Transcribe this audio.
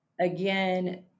again